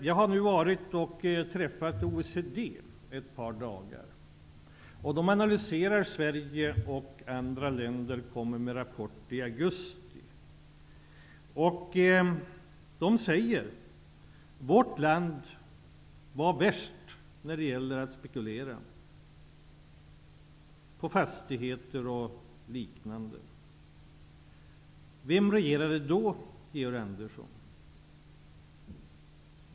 Jag har nu varit och träffat OECD ett par dagar. De analyserar Sverige och andra länder och kommer med rapport i augusti. De säger att vårt land var värst när det gäller att spekulera på fastigheter och liknande. Vem regerade då, Georg Andersson?